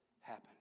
happen